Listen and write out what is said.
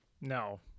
No